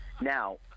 Now